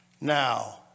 now